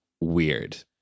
weird